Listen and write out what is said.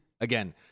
again